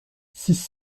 six